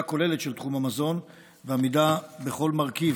כוללת של תחום המזון ועמידה בכל מרכיב.